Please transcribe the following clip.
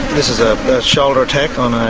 this is a shoulder attack on